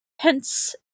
Hence